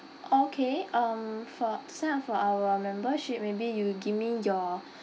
okay um for to sign up for our membership maybe you give me your